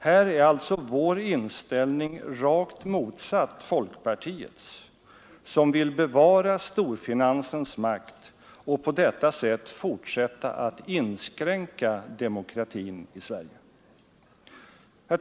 Här är alltså vår inställning rakt motsatt folkpartiets, som vill bevara storfinansens makt och på detta sätt fortsätta att inskränka demokratin i Sverige.